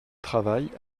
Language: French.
travaillent